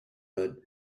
but